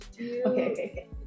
Okay